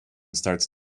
starts